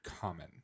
common